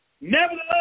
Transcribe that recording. Nevertheless